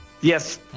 Yes